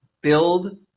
Build